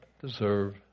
deserve